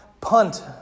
punt